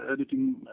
editing